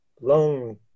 long